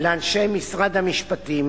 לאנשי משרד המשפטים